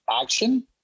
action